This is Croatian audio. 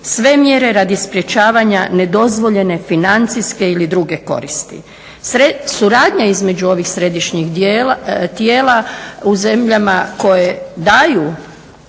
sve mjere radi sprečavanja nedozvoljene financijske ili druge koristi. Suradnja između ovih središnjih tijela u zemljama koje daju